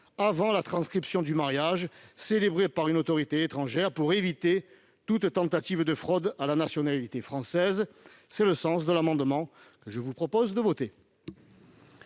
avant la transcription du mariage célébré par une autorité étrangère, afin d'éviter toute tentative de fraude à la nationalité française. Tel est le sens de cet amendement, que je vous propose, mes chers